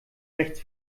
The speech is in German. rechts